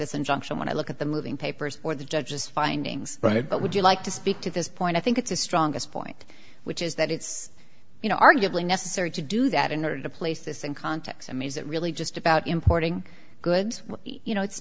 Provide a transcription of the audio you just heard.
injunction when i look at the moving papers or the judge's findings on it but would you like to speak to this point i think it's the strongest point which is that it's you know arguably necessary to do that in order to place this in context i mean is it really just about importing goods you know it's